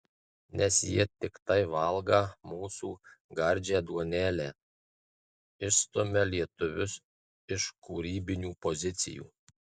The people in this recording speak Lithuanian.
nes jie tiktai valgą mūsų gardžią duonelę išstumią lietuvius iš kūrybinių pozicijų